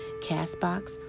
CastBox